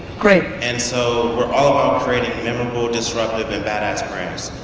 great. and so we're all about creating memorable, disruptive and bad ass brands.